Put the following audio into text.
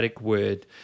word